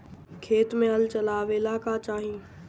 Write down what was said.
खेत मे हल चलावेला का चाही?